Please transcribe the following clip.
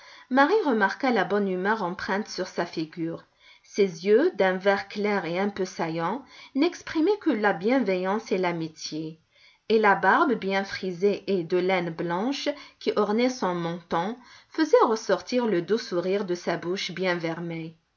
marie remarqua la bonne humeur empreinte sur sa figure ses yeux d'un vert clair et un peu saillants n'exprimaient que la bienveillance et l'amitié et la barbe bien frisée et de laine blanche qui ornait son menton faisait ressortir le doux sourire de sa bouche bien